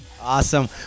Awesome